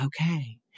okay